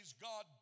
God